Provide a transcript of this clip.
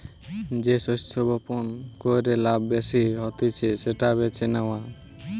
যে শস্য বপণ কইরে লাভ বেশি হতিছে সেটা বেছে নেওয়া